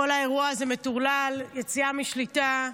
כל האירוע הזה מטורלל, יצא משליטה.